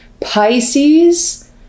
Pisces